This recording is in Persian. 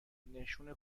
نشون